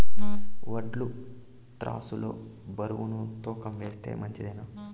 వడ్లు త్రాసు లో బరువును తూకం వేస్తే మంచిదేనా?